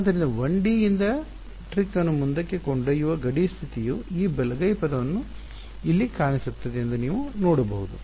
ಆದ್ದರಿಂದ 1 ಡಿ ಯಿಂದ ಟ್ರಿಕ್ ಅನ್ನು ಮುಂದಕ್ಕೆ ಕೊಂಡೊಯ್ಯುವ ಗಡಿ ಸ್ಥಿತಿಯು ಈ ಬಲಗೈ ಪದವನ್ನು ಇಲ್ಲಿ ಕಾಣಿಸುತ್ತದೆ ಎಂದು ನೀವು ನೋಡಬಹುದು